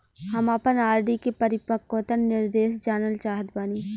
हम आपन आर.डी के परिपक्वता निर्देश जानल चाहत बानी